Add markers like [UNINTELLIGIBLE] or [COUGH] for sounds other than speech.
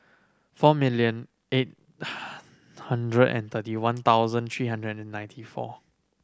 four million eight [UNINTELLIGIBLE] hundred and thirty one thousand three hundred and ninety four